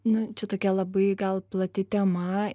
nu čia tokia labai gal plati tema